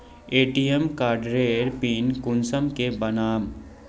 ATM कार्डेर pin कुंसम के बनाम?